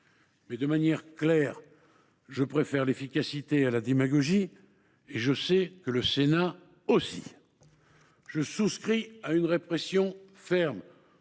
mais de manière claire : je préfère l’efficacité à la démagogie, et je sais que le Sénat aussi ! Je souscris à une répression ferme,